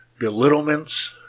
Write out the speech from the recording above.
belittlements